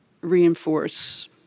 reinforce